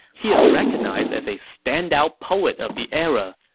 he is recognized as a standout poet of the era,